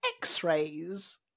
x-rays